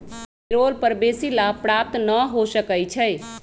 payroll कर बेशी लाभ प्राप्त न हो सकै छइ